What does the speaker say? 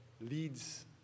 leads